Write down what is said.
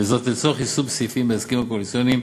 וזאת לצורך יישום סעיפים בהסכמים הקואליציוניים